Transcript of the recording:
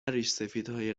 ریشسفیدهای